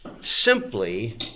simply